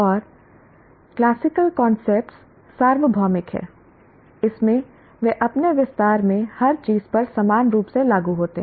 और classical concept सार्वभौमिक हैं इसमें वे अपने विस्तार में हर चीज पर समान रूप से लागू होते हैं